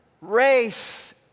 race